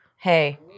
Hey